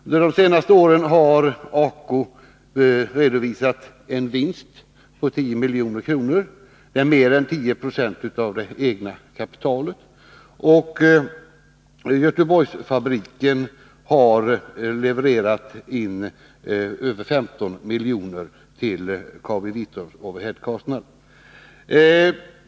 Under de senaste åren har ACO redovisat en vinst på 10 milj.kr. Det är en avkastning på mer än 10 96 av det egna kapitalet. Göteborgsfabriken har levererat in över 15 milj.kr. till KabiVitrums overhead-kostnad.